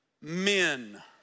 men